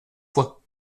fois